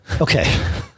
okay